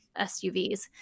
SUVs